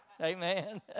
Amen